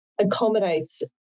accommodates